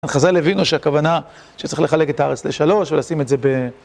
חז"ל הבינו שהכוונה שצריך לחלק את הארץ לשלוש, ולשים את זה ב...